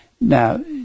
now